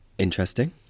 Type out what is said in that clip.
Interesting